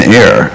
air